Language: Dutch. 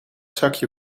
zakje